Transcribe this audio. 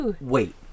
Wait